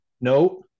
no